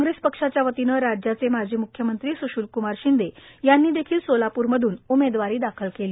कांग्रेस पक्षाच्या वतीनं राज्याचे माजी मुख्यमंत्री स्शीलक्मार शिंदे यांनी देखील सोलापूर मधून उमेदवारी दाखल केली